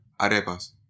Arepas